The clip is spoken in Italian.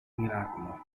miracolo